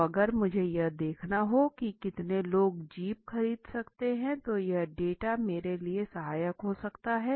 तो अगर मुझे यह देखना हो की कितने लोग जीप खरीद सकते हैं तो यह डाटा मेरे लिए सहायक हो सकता है